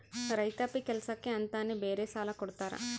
ರೈತಾಪಿ ಕೆಲ್ಸಕ್ಕೆ ಅಂತಾನೆ ಬೇರೆ ಸಾಲ ಕೊಡ್ತಾರ